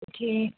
کیٚنہہ